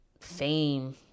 fame